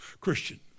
Christian